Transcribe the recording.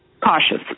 cautious